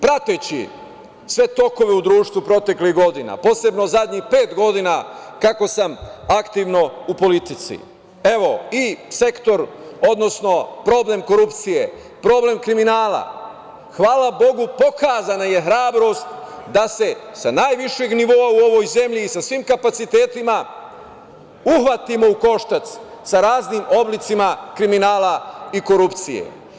Prateći sve tokove u društvu proteklih godina, posebno zadnjih pet godina, kako sam aktivno u politici, evo i sektor, odnosno problem korupcije, problem kriminala, hvala Bogu pokazna je hrabrost da se sa najvišeg nivoa u ovoj zemlji i sa svim kapacitetima uhvatimo u koštac sa raznim oblicima kriminala i korupcije.